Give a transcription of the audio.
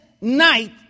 night